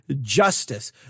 justice